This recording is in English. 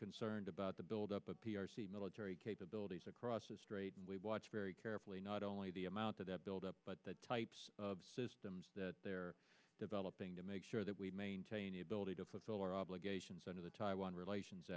concerned about the build up of p r c military capabilities across the strait and we watch very carefully not only the amount of that build up but the types of systems that they're developing to make sure that we maintain a ability to fulfill our obligations under the taiwan relations